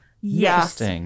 yes